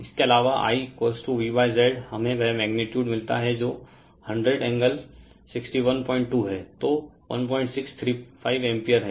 इसके अलावा IVZ हमें वह मैगनीटुड मिलता है जो 100612 है तो 1635 एम्पीअर है